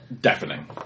deafening